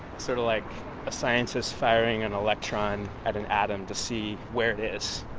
sort of like a scientist firing an electron at an atom to see where it is.